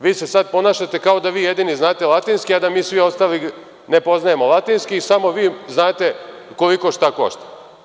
Vi se sada ponašate kao da vi jedini znate latinski, a da mi svi ostali ne poznajemo latinski i samo vi znate koliko šta košta.